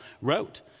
wrote